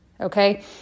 Okay